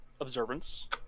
Observance